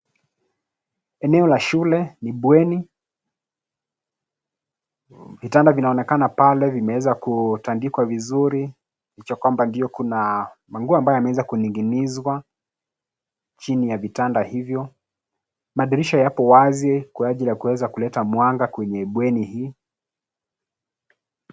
Eneo la shule, ni bweni. Vitanda vinaonekana pale vimeweza kutandikwa vizuri licha kwamba ndiyo kuna manguo yaliyoweza kuninginizwa chini ya vitanda hivyo. Madirisha yapo wazi kwa ajili ya kuweza kuleta mwanga kwenye bweni hii.